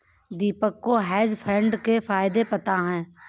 दीपक को hedge fund के फायदे पता है